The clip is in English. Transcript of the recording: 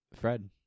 Fred